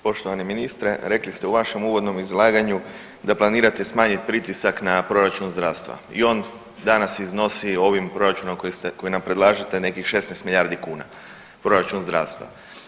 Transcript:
Poštovani Ministre rekli ste u vašem uvodnom izlaganju da planirate smanjit pritisak na Proračun zdravstva i on danas iznosi ovim Proračunom koji nam predlažete nekih šesnaest milijardi kuna, Proračun zdravstva.